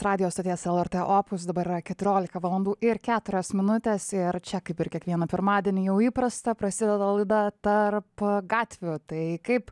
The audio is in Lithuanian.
radijo stoties lrt opus dabar yra keturiolika valandų ir keturios minutes ir čia kaip ir kiekvieną pirmadienį jau įprasta prasideda laida tarp gatvių tai kaip